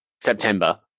September